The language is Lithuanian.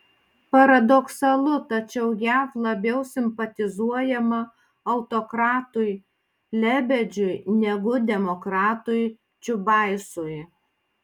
paradoksalu tačiau jav labiau simpatizuojama autokratui lebedžiui negu demokratui čiubaisui